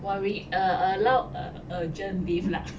but we err err allowed err urgent leave lah